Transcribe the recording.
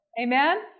Amen